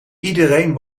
iedereen